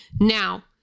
now